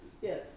Yes